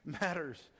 matters